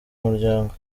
umuryango